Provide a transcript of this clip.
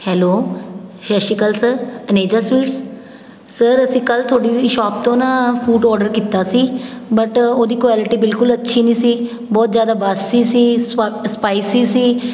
hello ਸਤਿ ਸ਼੍ਰੀ ਅਕਾਲ ਸਰ ਅਨੇਜਾ ਸਵੀਟਸ ਸਰ ਅਸੀਂ ਕੱਲ੍ਹ ਤੁਹਾਡੀ ਸ਼ੋਪ ਤੋਂ ਨਾ ਫੂਡ ਔਡਰ ਕੀਤਾ ਸੀ ਬਟ ਉਹਦੀ ਕੁਆਲਿਟੀ ਬਿਲਕੁਲ ਅੱਛੀ ਨਹੀਂ ਸੀ ਬਹੁਤ ਜ਼ਿਆਦਾ ਬਾਸੀ ਸੀ ਸਪਾ ਸਪਾਇਸੀ ਸੀ